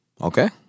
okay